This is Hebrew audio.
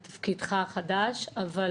על תפקידך החדש אבל